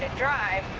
drive,